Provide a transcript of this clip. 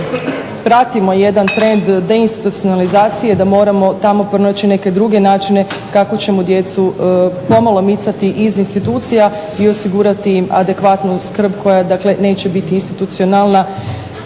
pratimo jedan trend deinstitucionalizacije da moramo tamo pronaći neke druge načine kako ćemo djecu pomalo micati iz institucija i osigurati im adekvatnu skrb koja dakle neće biti institucionalna.